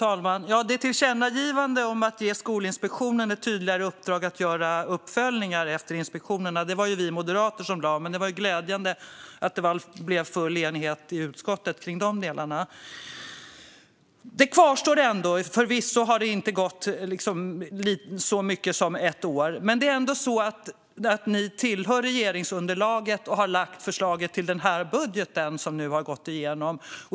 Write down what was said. Fru talman! Tillkännagivandet om att ge Skolinspektionen ett tydligare uppdrag att göra uppföljningar efter inspektioner var det vi moderater som lade fram förslag om, men det var ju glädjande att det blev full enighet i utskottet kring de delarna. Förvisso har det inte gått så mycket som ett år, men det är ändå så att Roger Haddads parti tillhör regeringsunderlaget och har lagt fram förslaget till den budget som nu har gått igenom.